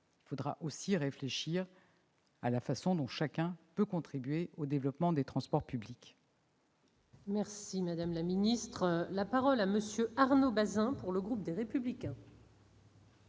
il faudra aussi réfléchir à la façon dont chacun peut contribuer au développement des transports publics. La parole est à M. Arnaud Bazin, pour le groupe Les Républicains.